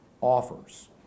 offers